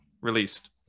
released